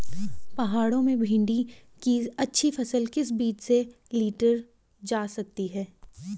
पहाड़ों में भिन्डी की अच्छी फसल किस बीज से लीटर जा सकती है?